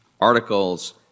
articles